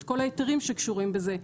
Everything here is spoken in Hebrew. את כל ההיתרים שקשורים בזה,